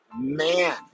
Man